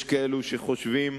יש כאלה שחושבים,